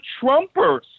Trumpers